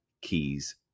keys